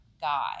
guy